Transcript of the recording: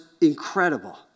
incredible